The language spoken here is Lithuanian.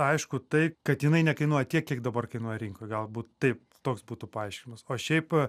aišku tai kad jinai nekainuoja tiek kiek dabar kainuoja rinkoje galbūt taip toks būtų paaiškinimas o šiaip